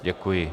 Děkuji.